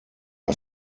are